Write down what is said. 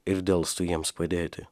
ir delstų jiems padėti